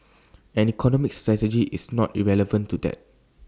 and economic strategy is not irrelevant to that